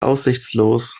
aussichtslos